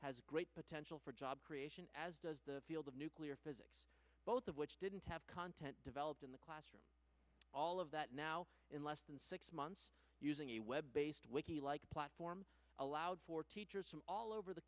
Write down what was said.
has great potential for job creation as does the field of nuclear physics both of which didn't have content developed in the classroom all of that now in less than six months using a web based wiki like platform allowed for teachers from all over the